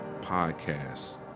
podcast